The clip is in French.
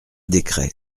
décret